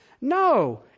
No